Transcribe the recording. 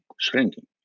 shrinking